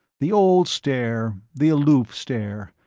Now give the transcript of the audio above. the old stare, the aloof stare,